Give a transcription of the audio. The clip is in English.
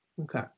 Okay